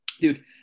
Dude